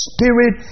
Spirit